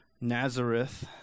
Nazareth